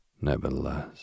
Nevertheless